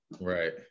Right